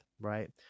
right